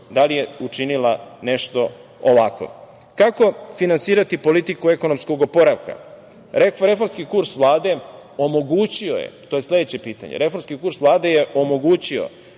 u svetu učinila nešto ovako? Kako finansirati politiku ekonomskog oporavka? Reformski kurs Vlade omogućio je, to je sledeće pitanje, omogućio